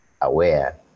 aware